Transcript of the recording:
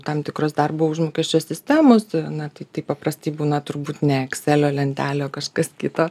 tam tikros darbo užmokesčio sistemos na tai tai paprastai būna turbūt ne ekselio lentelė o kažkas kita